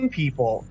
people